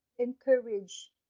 encourage